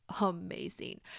Amazing